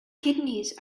kidneys